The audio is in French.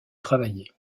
travailler